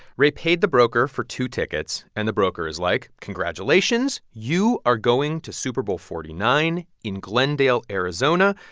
ray paid the broker for two tickets. and the broker is, like, congratulations. you are going to super bowl forty nine in glendale, ariz. ah